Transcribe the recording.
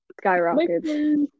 skyrockets